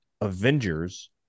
Avengers